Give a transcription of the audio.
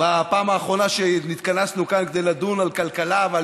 בפעם האחרונה שהתכנסנו כאן כדי לדון על כלכלה ועל